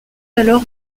alors